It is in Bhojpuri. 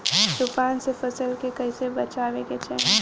तुफान से फसल के कइसे बचावे के चाहीं?